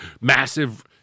Massive